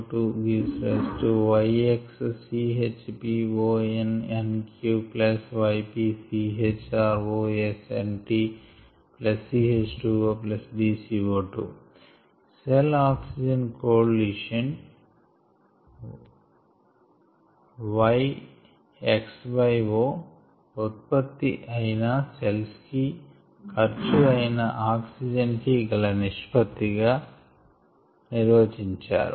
1 ఈ ఈక్వేషన్ కి CHmOl a NH3 b O2 yx CHpOnNq yp CHrOsNt c H2O d CO2 cell oxygen yield quotient Yxo ఉత్పత్తి అయినా cells కి ఖర్చు అయిన ఆక్సిజన్ కి గల నిష్పత్తి గా నిర్వచించారు